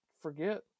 forget